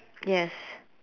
yes